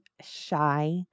shy